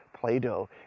play-doh